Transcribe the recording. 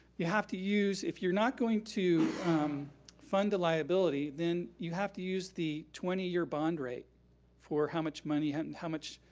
you have to use, if you're not going to fund the liability, then you have to use the twenty year bond rate for how much money, and how much